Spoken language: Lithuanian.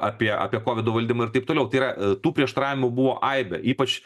apie apie kovido valdymą ir taip toliau tai yra tų prieštaravimų buvo aibė ypač